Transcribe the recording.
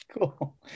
Cool